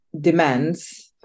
demands